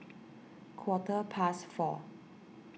quarter past four